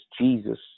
Jesus